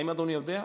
האם אדוני יודע?